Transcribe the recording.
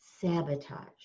sabotage